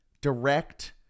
direct